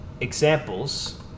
examples